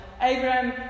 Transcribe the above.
Abraham